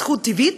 זכות טבעית,